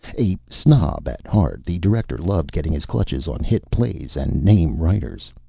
a snob at heart, the director loved getting his clutches on hit plays and name writers.